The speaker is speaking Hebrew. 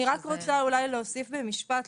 אני רק רוצה אולי להוסיף במשפט,